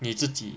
你自己